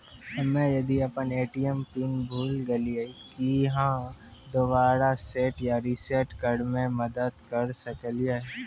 हम्मे यदि अपन ए.टी.एम पिन भूल गलियै, की आहाँ दोबारा सेट या रिसेट करैमे मदद करऽ सकलियै?